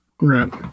Right